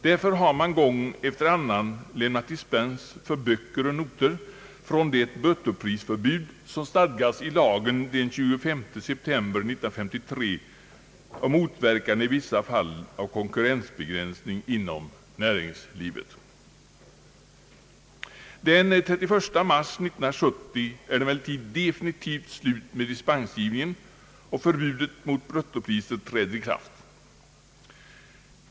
Därför har man gång efter annan lämnat dispens för böcker och noter från det bruttoprisförbud som stadgas i lagen den 25 september 1953 om motverkande i vissa fall av konkurrensbegränsning inom näringslivet. Den 31 mars 1970 är det emellertid definitivt slut med dispensgivningen, och förbudet mot bruttopriser på böcker m.m. träder i kraft.